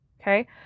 Okay